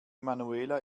emanuela